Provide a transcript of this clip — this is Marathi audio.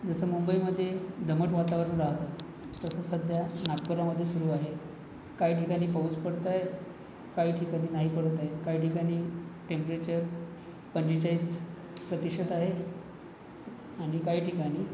जसं मुंबईमध्ये दमट वातावरण राहतं तसं सध्या नागपूरमध्ये सुरू आहे काही ठिकाणी पाऊस पडत आहे काही ठिकाणी नाही पडत आहे काही ठिकाणी टेंपरेचर पंचेचाळीस प्रतिशत आहे आणि काही ठिकाणी